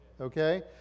Okay